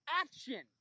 action